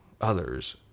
others